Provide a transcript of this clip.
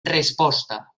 resposta